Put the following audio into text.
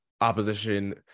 opposition